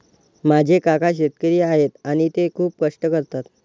माझे काका शेतकरी आहेत आणि ते खूप कष्ट करतात